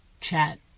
chat